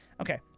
Okay